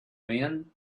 men